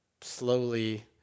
slowly